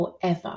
forever